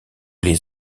les